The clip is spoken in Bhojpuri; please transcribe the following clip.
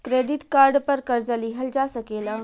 क्रेडिट कार्ड पर कर्जा लिहल जा सकेला